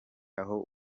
aho